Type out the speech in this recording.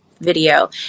video